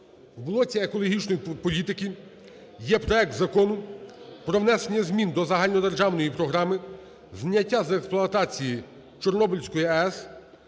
питань екологічної політики, це проект Закону про внесення змін до Загальнодержавної програми зняття з експлуатації Чорнобильської АЕС